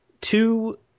two